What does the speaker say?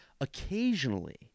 occasionally